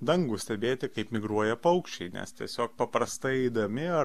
dangų stebėti kaip migruoja paukščiai nes tiesiog paprastai eidami ar